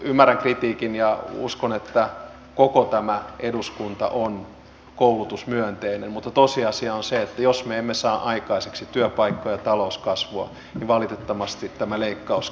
ymmärrän kritiikin ja uskon että koko tämä eduskunta on koulutusmyönteinen mutta tosiasia on se että jos me emme saa aikaiseksi työpaikkoja ja talouskasvua niin valitettavasti tämä leikkauskierre jatkuu